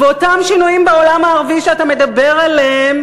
ואותם שינויים בעולם הערבי שאתה מדבר עליהם